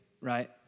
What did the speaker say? right